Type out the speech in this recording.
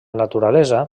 naturalesa